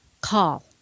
call